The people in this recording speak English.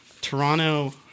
Toronto